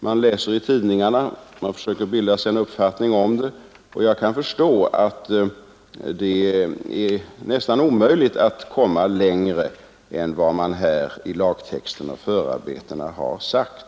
Man läser i tidningarna och försöker bilda sig en uppfattning, och jag kan förstå att det är nästan omöjligt att komma längre än vad som sagts i lagtexten och i förarbetena till lagen.